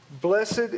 Blessed